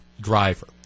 driver